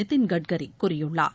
நிதின் கட்கரி கூறியுள்ளார்